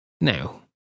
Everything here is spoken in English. now